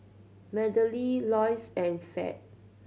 Madelene Loyce and Fed